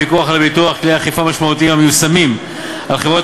לפיקוח על הביטוח כלי אכיפה משמעותיים המיושמים על חברות